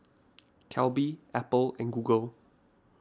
Calbee Apple and Google